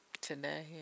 today